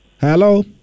Hello